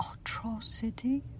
atrocity